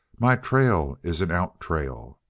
my trail is an out trail.